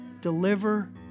Deliver